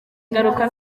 ingaruka